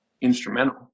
instrumental